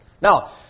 Now